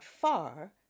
far